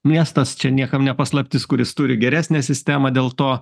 miestas čia niekam ne paslaptis kuris turi geresnę sistemą dėl to